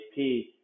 HP